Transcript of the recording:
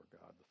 God